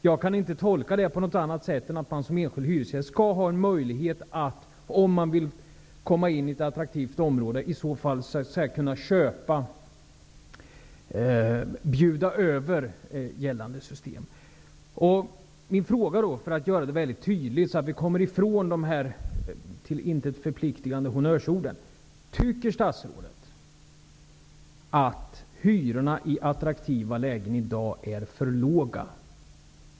Jag kan inte tolka det på något annat sätt än att man som enskild hyresgäst, om man vill bo i ett attraktivt område, skall ha en möjlighet att köpa, dvs. bjuda över gällande system. Jag skall göra min fråga väldigt tydlig, så att vi kommer ifrån de här till intet förpliktigande honnörsorden: Tycker statsrådet att hyrorna i attraktiva lägen i dag är för låga?